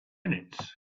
minutes